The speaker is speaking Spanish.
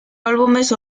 álbumes